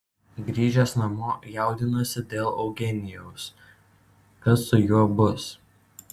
grįžęs namo jaudinosi dėl eugenijaus kas su juo bus